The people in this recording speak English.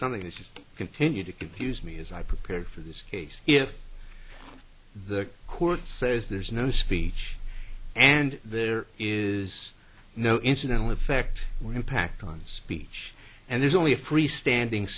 something you just continue to confuse me as i prepared for this case if the court says there's no speech and there is no incidental effect or impact on speech and there's only a free standing